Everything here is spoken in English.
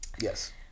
yes